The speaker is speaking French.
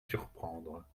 surprendre